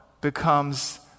becomes